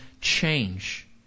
change